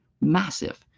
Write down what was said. massive